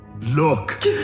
Look